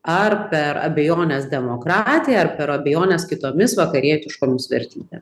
ar per abejones demokratija ar per abejones kitomis vakarietiškomis vertybėmis